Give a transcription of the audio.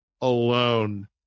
alone